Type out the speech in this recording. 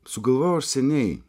sugalvojau aš seniai